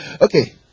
Okay